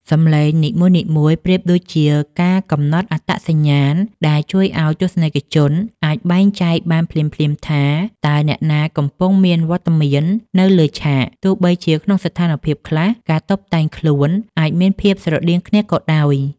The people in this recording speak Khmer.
សំឡេងនីមួយៗប្រៀបដូចជាការកំណត់អត្តសញ្ញាណដែលជួយឱ្យទស្សនិកជនអាចបែងចែកបានភ្លាមៗថា តើអ្នកណាកំពុងមានវត្តមាននៅលើឆាក ទោះបីជាក្នុងស្ថានភាពខ្លះ ការតុបតែងខ្លួនអាចមានភាពស្រដៀងគ្នាក៏ដោយ។